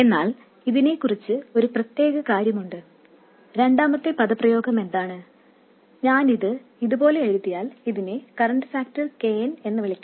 എന്നാൽ ഇതിനെക്കുറിച്ച് ഒരു പ്രത്യേക കാര്യമുണ്ട് രണ്ടാമത്തെ എക്സ്പ്രെഷൻ എന്താണ് ഞാൻ ഇത് ഇതുപോലെ എഴുതിയാൽ ഇതിനെ കറൻറ് ഫാക്ടർ k n എന്ന് വിളിക്കാം